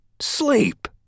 sleep